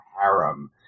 Harem